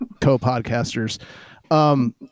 co-podcasters